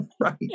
right